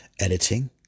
editing